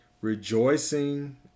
rejoicing